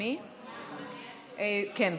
כן.